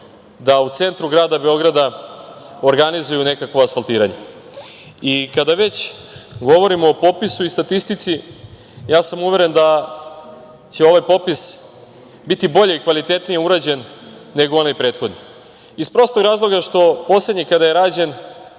da u centru grada Beograda organizuju nekakvo asfaltiranje. Kada već govorimo o popisu i statistici, ja sam uveren da će ovaj popis biti bolje i kvalitetnije urađen nego onaj prethodni iz prostog razloga što poslednji kada je rađen